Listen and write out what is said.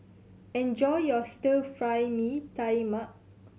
enjoy your Stir Fry Mee Tai Mak